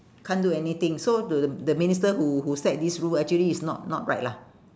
can't do anything so the the minister who who set this rule actually is not not right lah